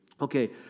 Okay